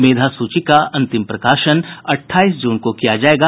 मेधा सूची का अंतिम प्रकाशन अठाईस जून को किया जायेगा